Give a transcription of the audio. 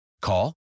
Call